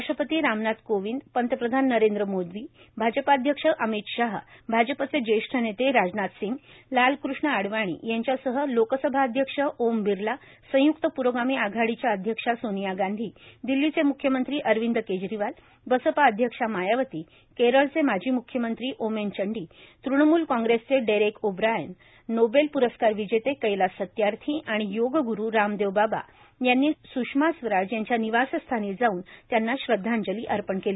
राष्ट्रपती रामनाथ कोविंद पंतप्रधान नरेंद्र मोदी भाजपाध्यक्ष अमित शहा भाजपचे ज्येष्ठ नेते राजनाथ सिंग लालकृष्ण अडवाणी यांच्यासह लोकसभाध्यक्ष ओम बिर्ला संयुक्त प्रोगामी आघाडीचया अध्यक्षा सोनिया गांधी दिल्लीचे मुख्यमंत्री अरविंद केजरीवाल बसपा अध्यक्षा मायावती केरलचे माजी मुख्यमंत्री ओमेन चंडी तुणमूल कॉग्रेसचे डेरेंक ओब्रायन नोबेल प्रस्कार विजेते कैलास सत्यार्थी आणि योगगुरू रामदेव बाबा यांनी सुषमा स्वराज यांच्या निवासस्थानी जाऊन त्यांना श्रदधांजली अर्पण केली